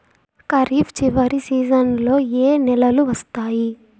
ఖరీఫ్ చివరి సీజన్లలో ఏ నెలలు వస్తాయి?